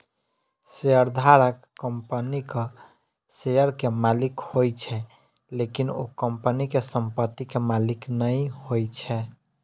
शेयरधारक कंपनीक शेयर के मालिक होइ छै, लेकिन ओ कंपनी के संपत्ति के मालिक नै होइ छै